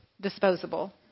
disposable